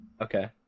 okay